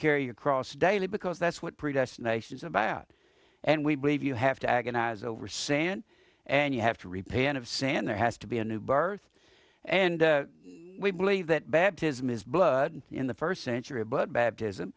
carry your cross daily because that's what predestination is about and we believe you have to agonize over sand and you have to repay and of sand there has to be a new birth and we believe that baptism is blood in the first century but baptism